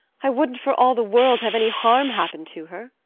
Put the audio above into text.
i wouldn't for all the world have any harm happen to her.